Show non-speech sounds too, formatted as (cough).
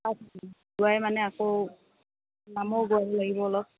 (unintelligible) মানে আকৌ নামো গোৱাব লাগিব অলপ